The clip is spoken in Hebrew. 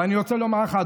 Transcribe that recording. אבל אני רוצה לומר לך,